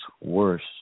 worse